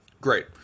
Great